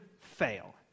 fail